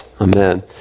Amen